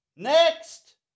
Next